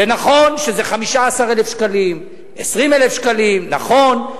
זה נכון שזה 15,000 שקלים, 20,000 שקלים, נכון.